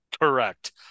Correct